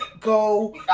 go